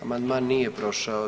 Amandman nije prošao.